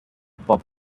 pop